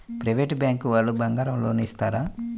Private bank వాళ్ళు బంగారం loan ఇస్తారా?